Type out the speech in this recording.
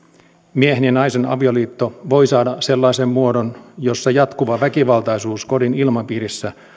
miehen ja naisen avioliitto voi saada sellaisen muodon jossa jatkuva väkivaltaisuus kodin ilmapiirissä